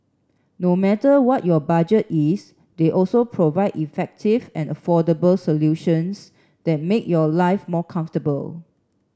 no matter what your budget is they also provide effective and affordable solutions that make your life more comfortable